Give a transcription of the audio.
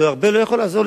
זה לא יכול הרבה לעזור.